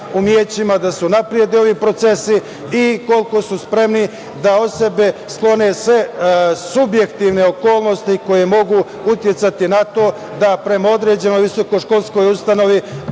da se unaprede ovi procesi i koliko su spremni da od sebe sklone sve subjektivne okolnosti koje mogu uticati na to da prema određenoj visokoškolskoj ustanovi